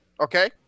okay